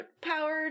powered